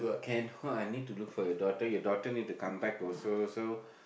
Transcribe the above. can wan need to look for your daughter your daughter need to come back also so